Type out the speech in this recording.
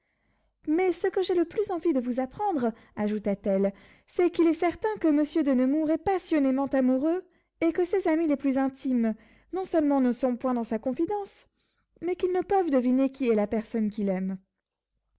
mais ce que j'ai le plus d'envie de vous apprendre ajouta-t-elle c'est qu'il est certain que monsieur de nemours est passionnément amoureux et que ses amis les plus intimes non seulement ne sont point dans sa confidence mais qu'ils ne peuvent deviner qui est la personne qu'il aime